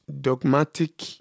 dogmatic